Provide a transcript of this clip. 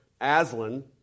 Aslan